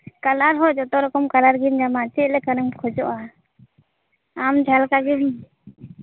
colour ᱦᱚᱸ ᱡᱚᱛᱚ ᱨᱚᱠᱚᱢ ᱠᱟᱞᱟᱨ ᱜᱮᱢ ᱧᱟᱢᱟ ᱪᱮᱫ ᱞᱮᱠᱟᱱᱟᱜ ᱮᱢ ᱠᱷᱚᱡᱚᱜᱼᱟ ᱟᱢ ᱡᱟᱦᱟ ᱞᱮᱠᱟᱜᱮ